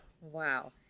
Wow